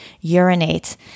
urinate